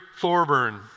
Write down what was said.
Thorburn